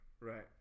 right